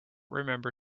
remember